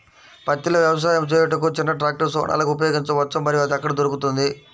పత్తిలో వ్యవసాయము చేయుటకు చిన్న ట్రాక్టర్ సోనాలిక ఉపయోగించవచ్చా మరియు అది ఎక్కడ దొరుకుతుంది?